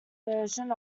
version